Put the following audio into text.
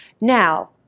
Now